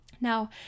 Now